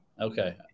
okay